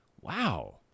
wow